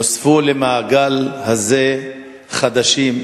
נוספו למעגל הזה חדשים,